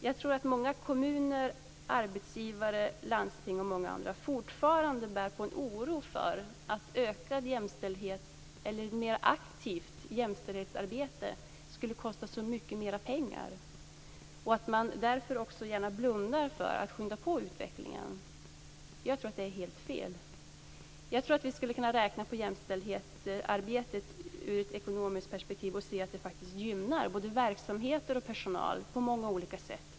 Jag tror att många kommuner, arbetsgivare, landsting och många andra fortfarande bär på en oro för att ett mer aktivt jämställdhetsarbete skulle kosta så mycket mera pengar och att de därför gärna blundar för behovet av att skynda på utvecklingen, vilket enligt min mening är helt fel. Om vi såg på jämställdhetsarbetet från ett ekonomiskt perspektiv skulle vi se att det faktiskt gynnar både verksamheter och personal på många olika sätt.